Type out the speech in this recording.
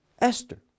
Esther